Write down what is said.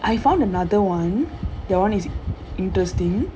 I found another one that [one] is interesting